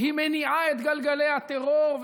שמניעה את גלגלי הטרור.